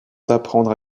d’apprendre